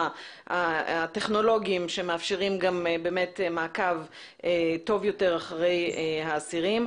הטכנולוגיים שמאפשרים מעקב טוב יותר אחרי האסירים.